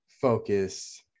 focus